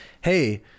hey